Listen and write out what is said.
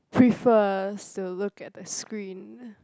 prefers to look at the screen